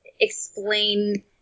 explain